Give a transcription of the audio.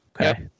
Okay